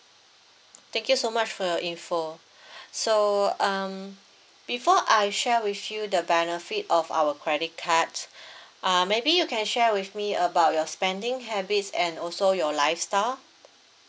thank you so much for your info so um before I share with you the benefit of our credit cards uh maybe you can share with me about your spending habits and also your lifestyle